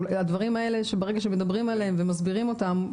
ברגע שמדברים על הדברים האלה ומסבירים אותם,